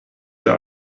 der